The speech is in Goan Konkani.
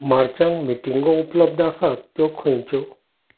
मार्चांत मिटींगो उपलब्ध आसात त्यो खंयच्यो